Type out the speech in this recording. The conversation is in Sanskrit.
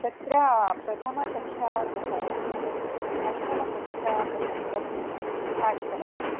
तत्र प्रथमकक्षातः अष्टमकक्षापर्यन्तं पाठितवती